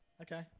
Okay